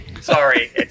Sorry